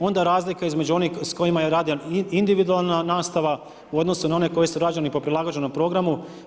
Onda razlika između onih s kojima je rađena individualna nastava u odnosu na one koji su rađeni po prilagođenom programu.